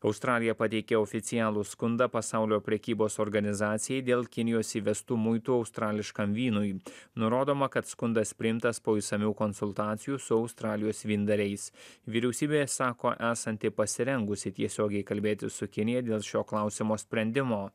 australija pateikė oficialų skundą pasaulio prekybos organizacijai dėl kinijos įvestų muitų australiškam vynui nurodoma kad skundas priimtas po išsamių konsultacijų su australijos vyndariais vyriausybė sako esanti pasirengusi tiesiogiai kalbėtis su kinija dėl šio klausimo sprendimo